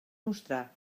mostrar